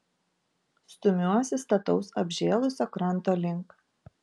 stumiuosi stataus apžėlusio kranto link